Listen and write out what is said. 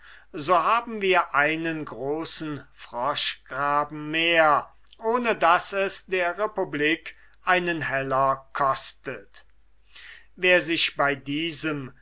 so haben wir einen großen froschgraben mehr ohne daß es der republik einen heller kostet wer sich bei diesem